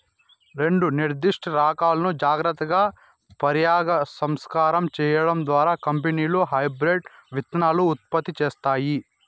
రెండు నిర్దిష్ట రకాలను జాగ్రత్తగా పరాగసంపర్కం చేయడం ద్వారా కంపెనీలు హైబ్రిడ్ విత్తనాలను ఉత్పత్తి చేస్తాయి